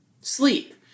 sleep